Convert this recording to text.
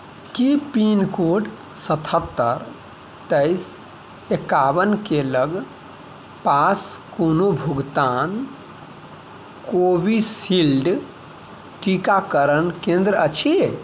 की pincode सतहत्तरि तेइस एकाबनके लग पास कोनो भुगतान कोविशील्ड टीकाकरण केन्द्र अछि